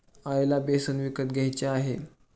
आईला बेसन विकत घ्यायचे आहे